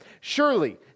Surely